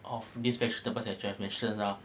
of this vegetable as I have mentioned ah